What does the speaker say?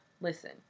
Listen